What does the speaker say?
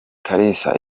kalisa